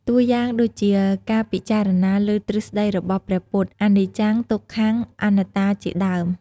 តួយ៉ាងដូចជា ការពិចារណាលើទ្រឹស្ដីរបស់ព្រះពុទ្ធ អនិច្ចំ ទុក្ខំ អនត្តាជាដើម។